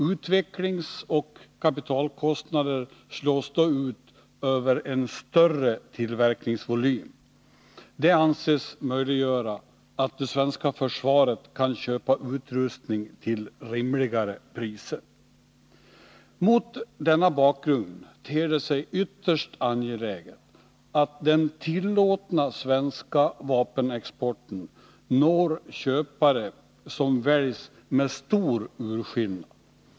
Utvecklingsoch kapitalkostnader slås ut över en större tillverkningsvolym. Det anses möjliggöra för det svenska försvaret att köpa utrustning till rimligare priser. Mot denna bakgrund ter det sig ytterst angeläget att den tillåtna svenska vapenexporten når köpare som väljs med stor urskillnad.